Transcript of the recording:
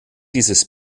dieses